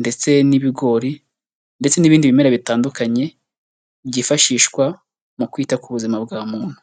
ndetse n'ibigori ndetse n'ibindi bimera bitandukanye, byifashishwa mu kwita ku buzima bwa muntu.